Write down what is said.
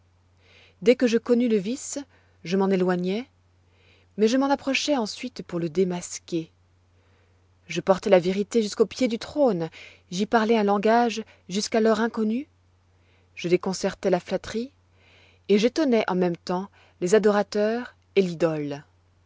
dès que je connus le vice je m'en éloignai mais je m'en approchai ensuite pour le démasquer je portai la vérité jusqu'au pied du trône j'y parlai un langage jusqu'alors inconnu je déconcertai la flatterie et j'étonnai en même temps les adorateurs et l'idole